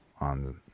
on